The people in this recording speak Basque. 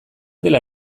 dela